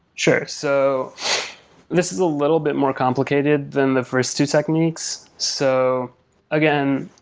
sure. so this is a little bit more complicated than the first two techniques. so again,